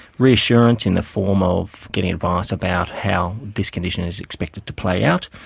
reassurance in the form of getting advice about how this condition is expected to play out,